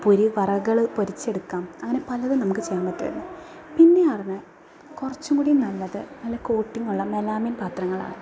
പൊരി വറകൾ പൊരിച്ചെടുക്കാം അങ്ങനെ പലതും നമുക്ക് ചെയ്യാൻ പറ്റുമായിരുന്നു പിന്നെയാണ് അറിഞ്ഞത് കുറച്ചു കൂടി നല്ലത് നല്ല കോട്ടിങ്ങുള്ള മെലാമിൻ പാത്രങ്ങളാണ്